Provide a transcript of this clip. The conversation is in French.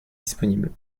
disponible